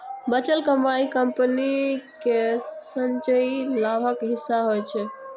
बचल कमाइ कंपनी केर संचयी लाभक हिस्सा होइ छै